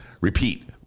repeat